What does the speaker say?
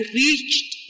reached